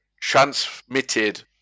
transmitted